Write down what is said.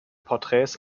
porträts